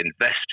invest